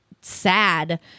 Sad